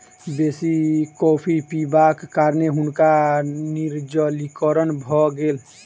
बेसी कॉफ़ी पिबाक कारणें हुनका निर्जलीकरण भ गेल